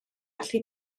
allu